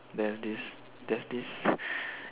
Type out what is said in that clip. there's this there's this